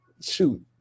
shoot